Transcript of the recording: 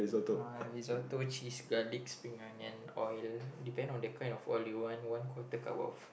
uh risotto cheese garlic spring onion oil depend on the kind of oil you want one quarter cup of